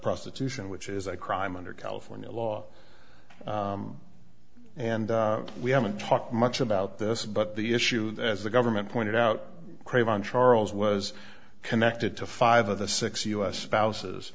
prostitution which is a crime under california law and we haven't talked much about this but the issue as the government pointed out craven charles was connected to five of the six u s house